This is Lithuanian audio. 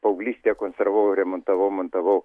paauglystėje konservavau remontavau montavau